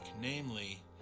namely